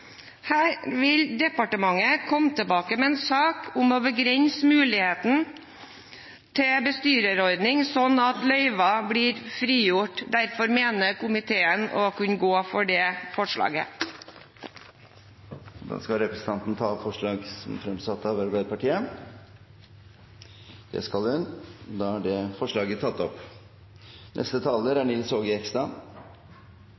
Her vil departementet komme tilbake med en sak om å begrense muligheten til bestyrerordning, slik at løyver blir frigjort. Derfor mener komiteen å kunne gå for det forslaget. Jeg tar opp forslag nr. 1, fra Arbeiderpartiet, Senterpartiet og Sosialistisk Venstreparti. Representanten Kirsti Leirtrø har tatt opp